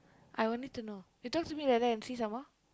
I will need to know you talk to me like that and see some more